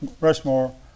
Rushmore